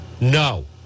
no